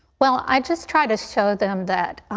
well, i just try to show them that,